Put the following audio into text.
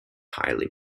highly